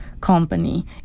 company